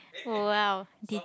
!wow!